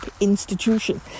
institution